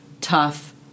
tough